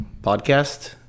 podcast